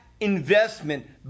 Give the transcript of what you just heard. investment